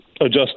Adjust